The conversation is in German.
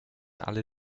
alle